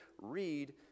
read